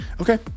Okay